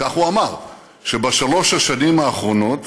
כך, הוא אמר שבשלוש השנים האחרונות